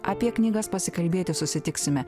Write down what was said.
apie knygas pasikalbėti susitiksime